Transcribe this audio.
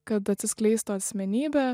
kad atsiskleistų asmenybė